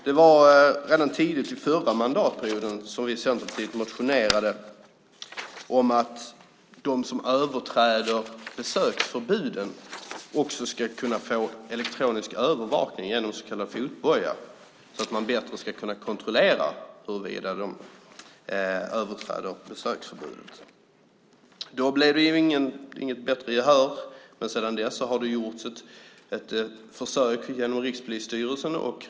Det var redan tidigt i förra mandatperioden som Centerpartiet motionerade om att de som överträder besöksförbud också ska kunna få övervakning genom så kallad elektronisk fotboja så att man bättre ska kunna kontrollera huruvida de överträder besöksförbudet. Då blev det inget gehör, men sedan dess har det gjorts ett försök genom Rikspolisstyrelsen.